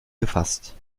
gefasst